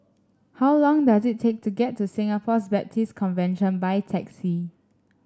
how long does it take to get to Singapore Baptist Convention by taxi